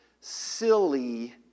silly